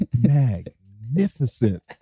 magnificent